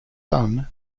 son